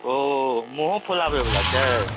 ओ मुँहो फुलाबैवाला छै